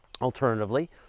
Alternatively